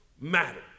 matter